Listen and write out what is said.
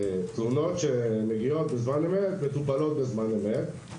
תלונות שמגיעות בזמן אמת מטופלות בזמן אמת.